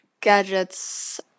gadgets